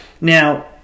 Now